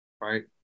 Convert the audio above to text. right